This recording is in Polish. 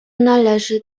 należy